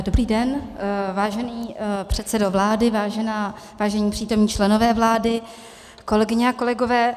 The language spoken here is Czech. Dobrý den, vážený předsedo vlády, vážení přítomní členové vlády, kolegyně, kolegové.